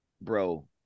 bro